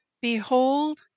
Behold